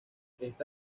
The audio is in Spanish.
esta